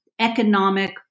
economic